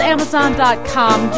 Amazon.com